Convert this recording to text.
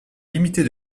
limitée